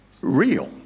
real